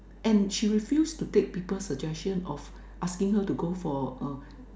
and she refuse to take people's suggestion of asking her to go for a